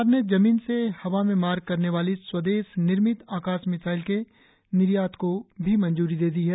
सरकार ने जमीन से हवा में मार करने वाली स्वेदश निर्मित आकाश मिसाइल के निर्यात को मंजूरी दे दी है